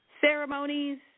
ceremonies